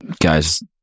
Guys